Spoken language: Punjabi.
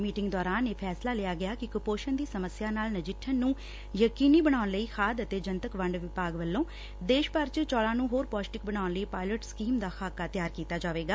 ਮੀਟਿੰਗ ਦੌਰਾਨ ਇਹ ਫੈਸਲਾ ਲਿਆ ਗਿਆ ਕਿ ਕੁਧੋਸ਼ਣ ਦੀ ਸਮੱਸਿਆ ਨਾਲ ਨਜਿੱਠਣ ਨੂੰ ਯਕੀਨੀ ਬਣਾਉਣ ਲਈ ਖਾਦ ਅਤੇ ਜਨਤਕ ਵੰਡ ਵਿਭਾਗ ਵੱਲੋਂ ਦੇਸ਼ ਭਰ ਚ ਚੋਲਾਂ ਨੂੰ ਹੋਰ ਪੋਸ਼ਟਿਕ ਬਣਾਉਣ ਲਈ ਪਾਇਲਟ ਸਕੀਮ ਦਾ ਖਾਕਾ ਤਿਆਰ ਕੀਤਾ ਜਾਵੇਗਾ